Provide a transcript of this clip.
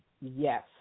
yes